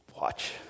Watch